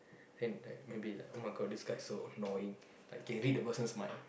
and like maybe like oh-my-God this guy's so annoying like can read the person's mind